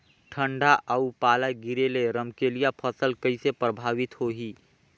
ठंडा अउ पाला गिरे ले रमकलिया फसल कइसे प्रभावित होही?